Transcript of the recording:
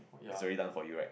it's already done for your right